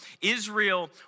Israel